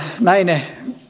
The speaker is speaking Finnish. näine